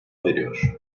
veriyor